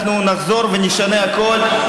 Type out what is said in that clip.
אנחנו נחזור ונשנה הכול,